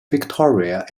victoria